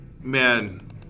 Man